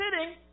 sitting